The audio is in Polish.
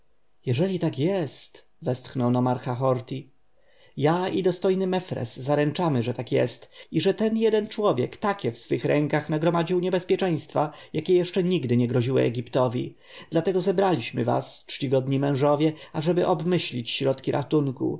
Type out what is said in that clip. jeżeli tak jest westchnął nomarcha horti ja i dostojny mefres zaręczamy że tak jest i że ten jeden człowiek takie w swych rękach nagromadził niebezpieczeństwa jakie jeszcze nigdy nie groziły egiptowi dlatego zebraliśmy was czcigodni mężowie ażeby obmyślić środki ratunku